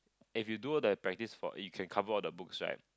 if you do all the practice for it you can cover all the books right